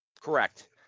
Correct